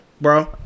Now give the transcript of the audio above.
bro